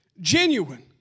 genuine